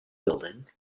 building